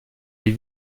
les